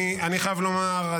אני חייב לומר,